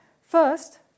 First